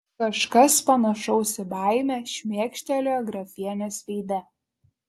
kažkas panašaus į baimę šmėkštelėjo grafienės veide